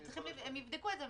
הם יבדקו את זה,